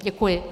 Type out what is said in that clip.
Děkuji.